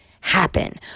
happen